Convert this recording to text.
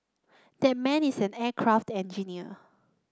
that man is an aircraft engineer